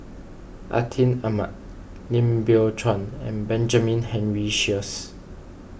Atin Amat Lim Biow Chuan and Benjamin Henry Sheares